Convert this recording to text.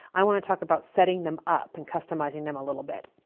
i want to talk about setting them up and customizing them a little bit.